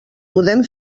podem